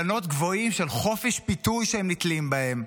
כל מיני אילנות גבוהים של חופש ביטוי שהם נתלים בהם.